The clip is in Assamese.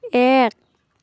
এক